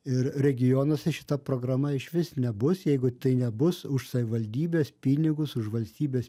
ir regionuose šita programa išvis nebus jeigu tai nebus už savivaldybės pinigus už valstybės